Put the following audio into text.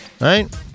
right